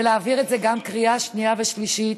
ולהעביר את זה גם בקריאה שנייה ושלישית,